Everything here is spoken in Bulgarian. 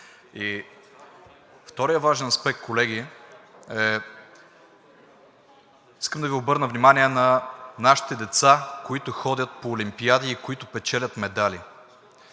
Вторият важен аспект. Колеги, искам да Ви обърна внимание на нашите деца, които ходят по олимпиади и печелят медали.